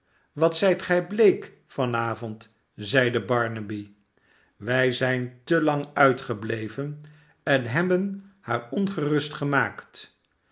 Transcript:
wat zijt gij bleek van avond zeide barnaby wij zijn te lang uitgebleven en hebben haar ongerust gemaakt